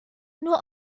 nur